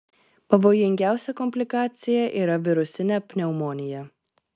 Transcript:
pavojingiausia komplikacija yra virusinė pneumonija